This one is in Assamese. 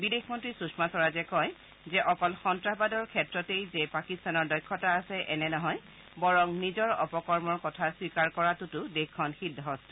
বিদেশমন্ত্ৰী সূষমা স্বৰাজে কয় যে অকল সন্নাসবাদৰ ক্ষেত্ৰতেই পাকিস্তানৰ দক্ষতা আছে এনে নহয় বৰং নিজৰ অপকৰ্মৰ কথা অস্বীকাৰ কৰাটো দেশখন সিদ্ধহস্ত